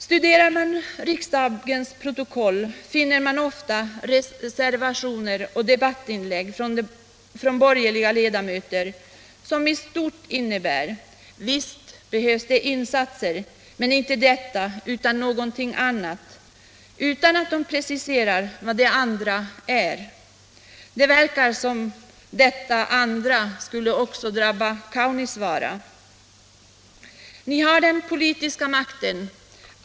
Studerar man riksdagens protokoll finner man ofta reservationer och debattinlägg från borgerliga ledamöter som i stort sett innebär, att ”visst behövs det insatser, men inte detta utan något annat”, utan att de preciserar vad det andra är. Det verkar som om detta andra skulle drabba också Kaunisvaara. Ni har den politiska makten.